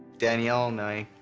danielle and i,